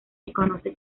desconoce